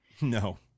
No